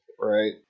right